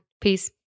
Peace